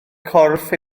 corff